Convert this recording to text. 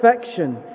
perfection